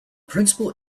principal